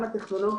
הרי